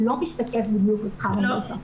הוא לא משתקף בדיוק בשכר הברוטו.